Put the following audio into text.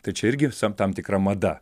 tai čia irgi visam tam tikra mada